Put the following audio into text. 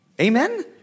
Amen